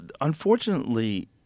unfortunately